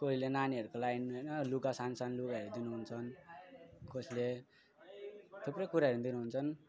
कोहीले नानीहरूको लागि होइन लुगा सान्सानो लुगाहरू दिनु हुन्छ कसैले थुप्रै कुराहरू दिनु हुन्छ